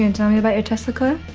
and tell me about your tesla coil?